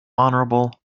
honourable